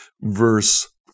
verse